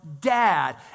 dad